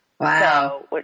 Wow